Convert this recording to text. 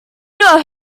know